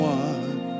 one